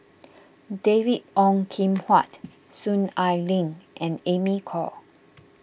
David Ong Kim Huat Soon Ai Ling and Amy Khor